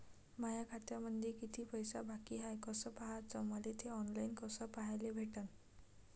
माया खात्यामंधी किती पैसा बाकी हाय कस पाह्याच, मले थे ऑनलाईन कस पाह्याले भेटन?